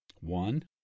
one